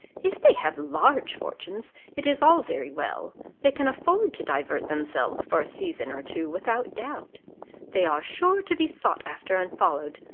if they have large fortunes, it is all very well they can afford to divert themselves for a season or two, without doubt they are sure to be sought after and followed,